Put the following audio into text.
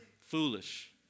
Foolish